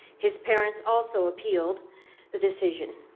his parents also appealed the decision.